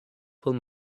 pull